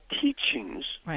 teachings